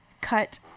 cut